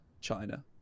china